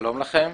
שלום לכם.